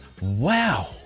Wow